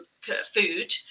food